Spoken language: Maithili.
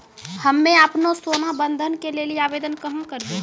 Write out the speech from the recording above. हम्मे आपनौ सोना बंधन के लेली आवेदन कहाँ करवै?